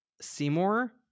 Seymour